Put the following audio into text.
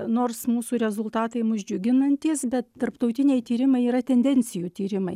nors mūsų rezultatai mus džiuginantys bet tarptautiniai tyrimai yra tendencijų tyrimai